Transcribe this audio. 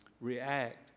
react